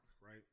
right